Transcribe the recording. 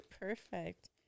Perfect